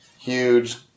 huge